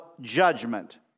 judgment